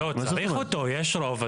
יש רוב,